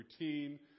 routine